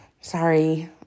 Sorry